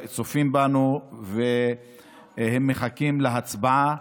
צופים בנו ומחכים להצבעה.